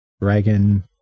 dragon